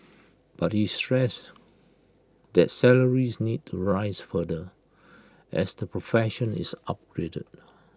but he stressed that salaries need to rise further as the profession is upgraded